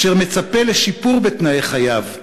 אשר מצפה לשיפור בתנאי חייו,